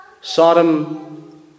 Sodom